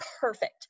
perfect